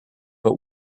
but